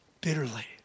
bitterly